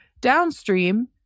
Downstream